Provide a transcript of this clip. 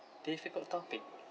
difficult topic